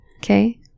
Okay